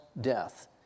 death